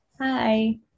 Hi